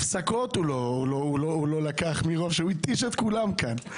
הפסקות הוא לקח והתיש את כולם כאן.